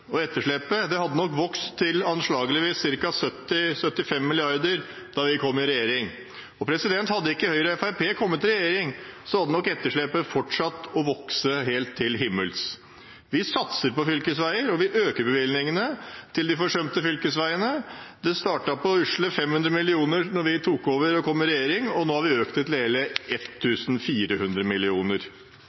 vokst til anslagsvis 70–75 mrd. kr da vi kom i regjering. Hadde ikke Høyre og Fremskrittspartiet kommet i regjering, hadde nok etterslepet fortsatt å vokse helt til himmels. Vi satser på fylkesveier, og vi øker bevilgningene til de forsømte fylkesveiene. Det startet på usle 500 mill. kr da vi tok over og kom i regjering, og nå har vi økt